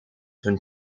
hun